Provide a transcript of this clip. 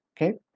okay